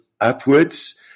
upwards